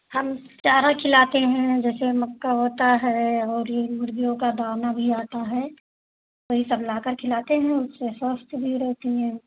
हम चारा खिलाते हैं जैसे मक्का होता है और ये मुर्गियों का दाना भी आता है वही सब ला कर खिलाते है उस से स्वस्थ भी रहती हैं